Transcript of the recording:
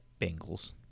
Bengals